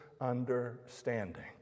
understanding